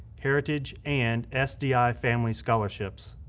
heritage and sdi family scholarships.